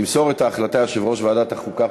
ימסור את ההחלטה יושב-ראש ועדת החוקה,